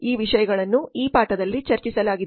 ಈ ವಿಷಯಗಳನ್ನು ಈ ಪಾಠದಲ್ಲಿ ಚರ್ಚಿಸಲಾಗಿದೆ